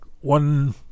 one